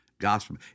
Gospel